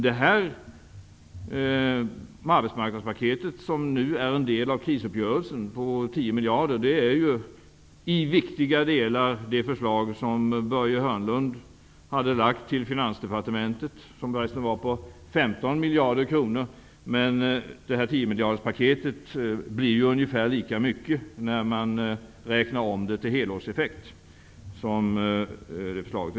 Det arbetsmarknadspaket på tio miljarder kronor som nu är en del av krisuppgörelsen är ju i viktiga delar det förslag som Börje Hörnlund hade lagt fram till finansdepartementet. Det var förresten på femton miljarder kronor. Men tiomiljaderspaket blir ungefär lika mycket när man räknar om det till helårseffekt.